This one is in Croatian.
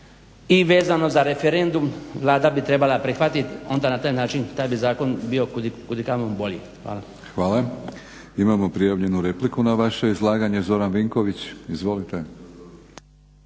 i vezano za referendum Vlada bi trebala prihvatiti onda bi na taj način zakon bio kudikamo bolji. Hvala. **Batinić, Milorad (HNS)** Hvala. Imamo prijavljenu repliku na vaše izlaganje. Zoran Vinković. Izvolite.